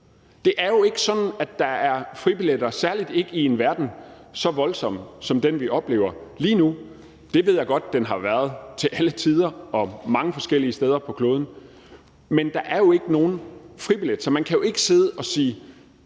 Det er jo ikke sådan, at der er fribilletter, særlig ikke i en verden så voldsom som den, vi oplever lige nu. Det ved jeg godt den har været til alle tider og mange forskellige steder på kloden, men der er jo ikke nogen fribillet. Så man kan jo ikke sidde og sige,